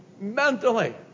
mentally